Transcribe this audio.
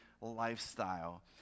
lifestyle